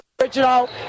original